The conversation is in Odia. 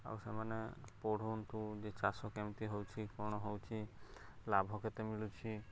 ଆଉ ସେମାନେ ପଢ଼ନ୍ତୁ ଯେ ଚାଷ କେମିତି ହେଉଛି କ'ଣ ହେଉଛି ଲାଭ କେତେ ମିଳୁଛି